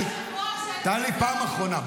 טלי, פעם אחרונה.